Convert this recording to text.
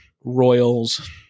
Royals